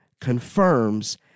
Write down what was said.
confirms